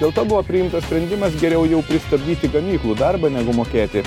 dėl to buvo priimtas sprendimas geriau jau pristabdyti gamyklų darbą negu mokėti